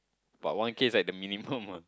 but one K is like the minimum ah